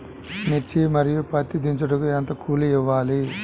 మిర్చి మరియు పత్తి దించుటకు ఎంత కూలి ఇవ్వాలి?